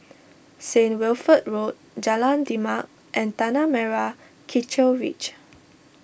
Saint Wilfred Road Jalan Demak and Tanah Merah Kechil Ridge